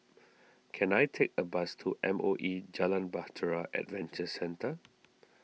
can I take a bus to M O E Jalan Bahtera Adventure Centre